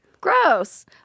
Gross